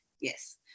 yes